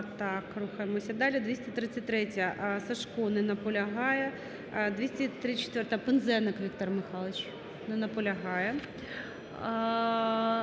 Так, рухаємося далі. 233-я, Сажко. Не наполягає. 234-а, Пинзеник Віктор Михайлович. Не наполягає.